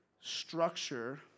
structure